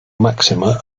maxima